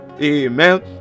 Amen